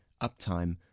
Uptime